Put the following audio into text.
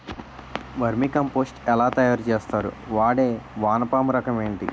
Vermi compost ఎలా తయారు చేస్తారు? వాడే వానపము రకం ఏంటి?